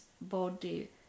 body